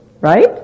right